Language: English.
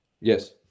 Yes